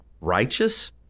righteous—